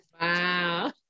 wow